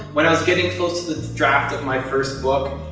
when i was getting close to the draft of my first book,